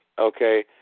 Okay